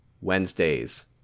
Wednesdays